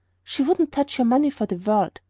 she wouldn't touch your money for the world!